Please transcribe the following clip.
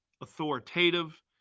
authoritative